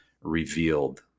revealed